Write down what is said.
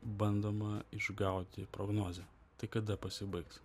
bandoma išgauti prognozę tai kada pasibaigs